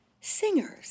Singers